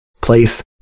place